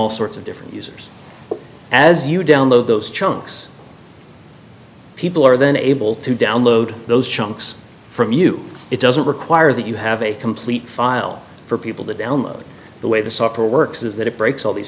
all sorts of different users as you download those chunks people are then able to download those chunks from you it doesn't require that you have a complete file for people to download the way the software works is that it breaks all these